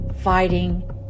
fighting